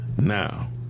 Now